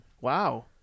Wow